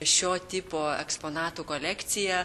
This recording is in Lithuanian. šio tipo eksponatų kolekciją